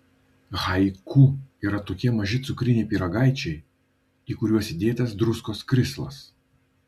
haiku yra tokie maži cukriniai pyragaičiai į kuriuos įdėtas druskos krislas